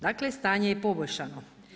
Dakle, stanje je poboljšano.